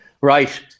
right